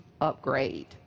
upgrade